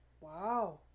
Wow